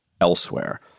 elsewhere